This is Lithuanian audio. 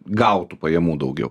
gautų pajamų daugiau